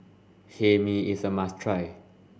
Hae Mee is a must try